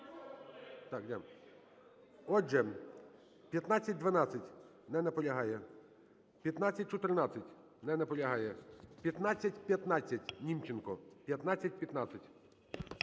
Отже, 1512. Не наполягає. 1514. Не наполягає. 1515, Німченко. 1515.